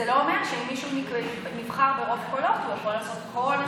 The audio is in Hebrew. זה לא אומר שמי שנבחר ברוב קולות יכול לעשות כל מה שהוא רוצה.